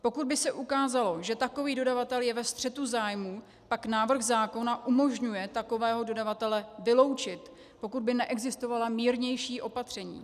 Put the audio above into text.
Pokud by se ukázalo, že takový dodavatel je ve střetu zájmu, pak návrh zákona umožňuje takového dodavatele vyloučit, pokud by neexistovala mírnější opatření.